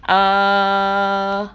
err